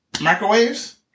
microwaves